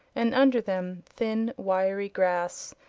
and under them thin wiry grass,